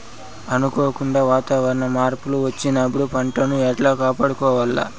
అనుకోకుండా వాతావరణ మార్పులు వచ్చినప్పుడు పంటను ఎట్లా కాపాడుకోవాల్ల?